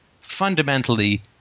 fundamentally